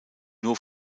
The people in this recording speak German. nur